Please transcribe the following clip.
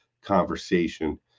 conversation